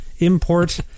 Import